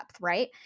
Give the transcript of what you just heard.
right